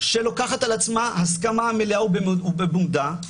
שלוקחת על עצמה הסכמה מלאה ובמודע,